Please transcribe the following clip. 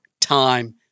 time